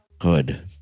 Hood